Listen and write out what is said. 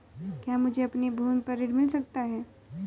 क्या मुझे अपनी भूमि पर ऋण मिल सकता है?